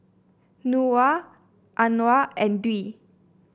Nura Anuar and Dwi